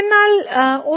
എന്നാൽ 1 ൽ f 0